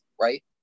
right